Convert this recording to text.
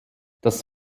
das